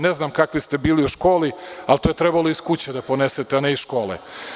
Ne znam kakvi ste bili u školi, ali to je trebalo iz kuće da ponesete, a ne iz škole.